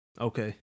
okay